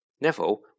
Neville